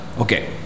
okay